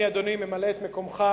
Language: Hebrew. אני, אדוני, ממלא את מקומך.